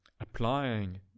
applying